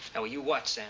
yeah, well, you watch, sam.